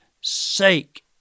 sake